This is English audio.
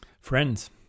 Friends